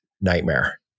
Nightmare